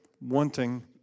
wanting